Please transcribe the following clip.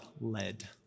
lead